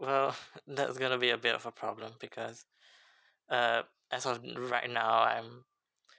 uh that's going to be a bit of a problem because uh as of right now I'm